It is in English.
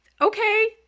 okay